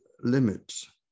limits